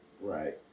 Right